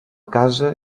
casa